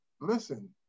listen